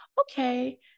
okay